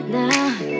now